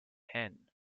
hen